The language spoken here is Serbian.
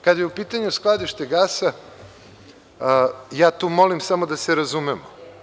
Kada je u pitanju skladište gasa, ja tu molim samo da se razumemo.